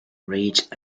reached